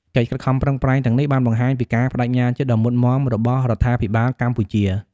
កិច្ចខិតខំប្រឹងប្រែងទាំងនេះបានបង្ហាញពីការប្តេជ្ញាចិត្តដ៏មុតមាំរបស់រដ្ឋាភិបាលកម្ពុជា។